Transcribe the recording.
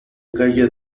calla